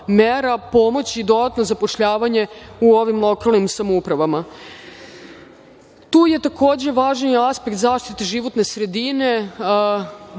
mera pomoći dodatno zapošljavanje u ovim lokalnim samoupravama. Tu je takođe važan aspekt životne sredine.